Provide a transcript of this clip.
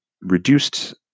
reduced